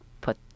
put